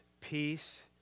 peace